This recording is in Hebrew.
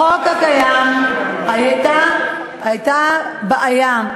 בחוק הקיים הייתה בעיה.